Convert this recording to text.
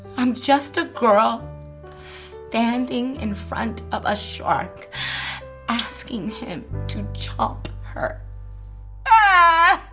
i'm just a girl standing in front of a shark asking him to chomp her ah